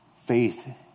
faith